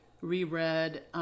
reread